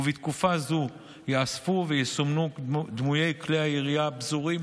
ובתקופה זו ייאספו ויסומנו דמויי כלי הירייה הפזורים